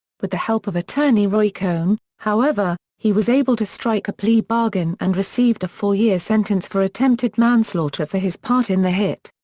with the help of attorney roy cohn, however, he was able to strike a plea bargain and received a four-year sentence for attempted manslaughter for his part in the hit.